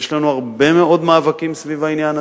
יש לנו הרבה מאוד מאבקים סביב העניין,